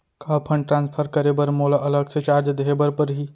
का fund transfer करे बर मोला अलग से चार्ज देहे बर परही?